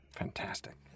fantastic